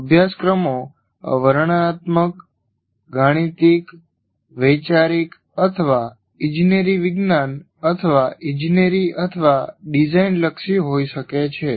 અભ્યાસક્રમો વર્ણનાત્મક ગાણિતિક વૈચારિક અથવા ઇજનેરી વિજ્ઞાન અથવા ઇજનેરી અથવા ડિઝાઇન લક્ષી હોઈ શકે છે